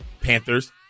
Panthers